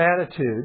attitude